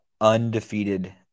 undefeated –